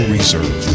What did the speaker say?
Reserve